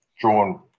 Drawn